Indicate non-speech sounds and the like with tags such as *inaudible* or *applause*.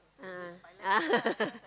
a'ah a'ah *laughs*